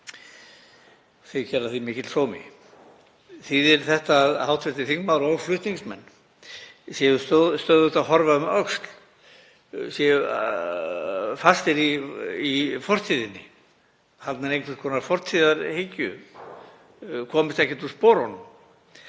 þykir af því mikill sómi. Þýðir þetta að hv. þingmaður og flutningsmenn séu stöðugt að horfa um öxl, séu fastir í fortíðinni, haldnir einhvers konar fortíðarhyggju, komist ekkert úr sporunum,